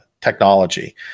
technology